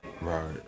Right